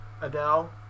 Adele